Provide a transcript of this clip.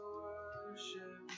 worship